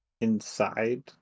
Inside